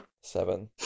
seven